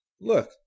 Look